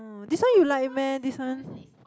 this one you like meh this one